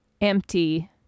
empty